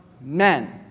men